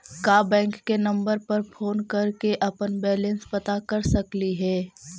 का बैंक के नंबर पर फोन कर के अपन बैलेंस पता कर सकली हे?